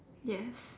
yes